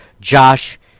Josh